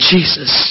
Jesus